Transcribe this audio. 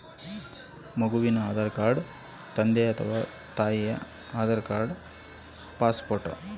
ಹತ್ತುವಷ೯ದ ಒಳಗಿನ ಮಕ್ಕಳ ಅಕೌಂಟ್ ತಗಿಯಾಕ ಏನೇನು ದಾಖಲೆ ಕೊಡಬೇಕು?